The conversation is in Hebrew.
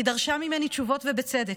היא דרשה ממני תשובות, ובצדק.